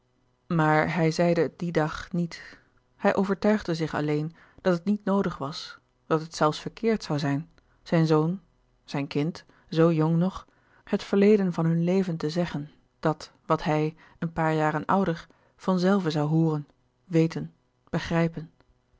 maar hij zeide het dien dag niet hij overtuigde zich alleen dat het niet noodig was dat het zelfs verkeerd zoû zijn zijn zoon zijn louis couperus de boeken der kleine zielen kind zoo jong nog het verleden van hun leven te zeggen dat wat hij een paar jaren ouder van zelve zoû hooren weten begrijpen